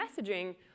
messaging